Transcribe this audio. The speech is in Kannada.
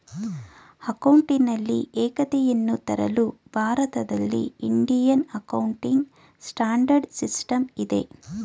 ಅಕೌಂಟಿನಲ್ಲಿ ಏಕತೆಯನ್ನು ತರಲು ಭಾರತದಲ್ಲಿ ಇಂಡಿಯನ್ ಅಕೌಂಟಿಂಗ್ ಸ್ಟ್ಯಾಂಡರ್ಡ್ ಸಿಸ್ಟಮ್ ಇದೆ